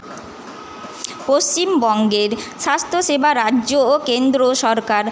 পশ্চিমবঙ্গের স্বাস্থ্য সেবা রাজ্য ও কেন্দ্র সরকার